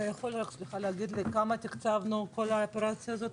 אתה יכול להגיד לי בכמה תקצבנו את כל האופרציה הזאת?